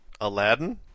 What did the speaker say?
Aladdin